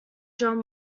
drum